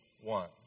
one